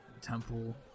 temple